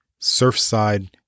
Surfside